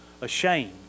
ashamed